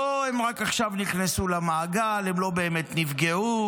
לא, הם רק עכשיו נכנסו למעגל, הם לא באמת נפגעו.